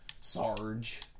sarge